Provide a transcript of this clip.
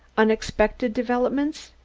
unexpected developments,